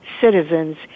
citizens